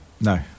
No